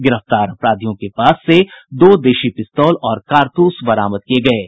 गिरफ्तार अपराधियों के पास से दो देशी पिस्तौल और कारतूस बरामद किये गये हैं